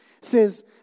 says